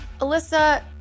Alyssa